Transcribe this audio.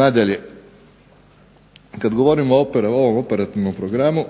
Nadalje, kada govorim o ovom operativnom programu,